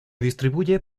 distribuye